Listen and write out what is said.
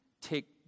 take